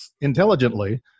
intelligently